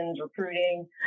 recruiting